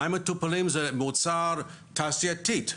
מים מותפלים זה מוצר תעשייתי,